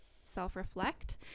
self-reflect